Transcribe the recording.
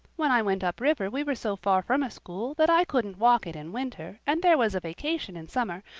when i went up river we were so far from a school that i couldn't walk it in winter and there was a vacation in summer,